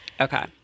Okay